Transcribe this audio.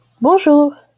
Bonjour